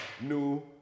new